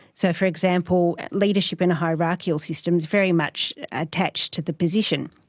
so, for example, leadership in a hierarchical system is very much attached to the position.